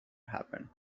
happen